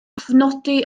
cofnodi